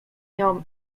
nią